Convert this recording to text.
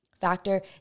Factor